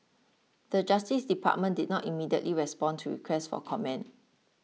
the Justice Department did not immediately respond to request for comment